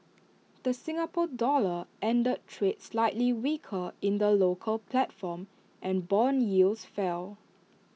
the Singapore dollar ended trade slightly weaker in the local platform and Bond yields fell